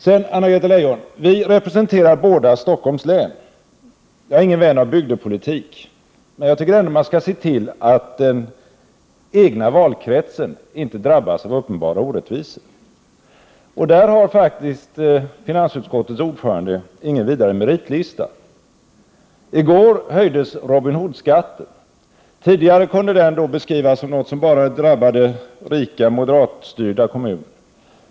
Sedan, Anna-Greta Leijon: Vi representerar båda Stockholms län. Jag är ingen vän av bygdepolitik, men jag tycker ändå att man skall se till att den egna valkretsen inte drabbas av uppenbara orättvisor. I det avseendet har faktiskt finansutskottets ordförande ingen vidare fin meritlista. I går höjdes Robin Hood-skatten. Tidigare kunde den beskrivas som något som bara drabbade rika moderatstyrda kommuner.